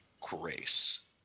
grace